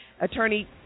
Attorney